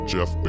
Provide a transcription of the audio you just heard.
Jeff